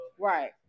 Right